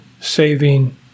saving